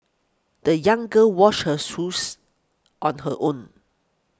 the young girl washed her shoes on her own